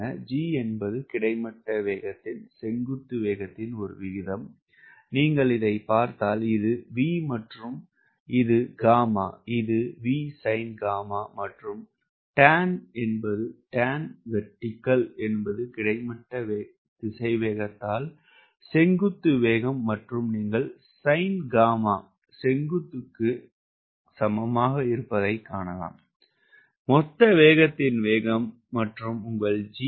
G என்பது கிடைமட்ட வேகத்தின் horizontal velocity மற்றும் செங்குத்து வேகத்தின் விகிதமாகும் நீங்கள் இதைப் பார்த்தால் இது V மற்றும் இது γ இது Vsinγ மற்றும் இது tanγ என்பது கிடைமட்ட திசைவேகத்தால் செங்குத்து வேகத்தை வகுத்தால் கிடைப்பது மற்றும் நீங்கள் சைன் காமா செங்குத்துக்கு சமமாக மொத்த வேகத்தின் வேகம் இருப்பதைக் காணலாம் மற்றும் உங்கள் G என்ன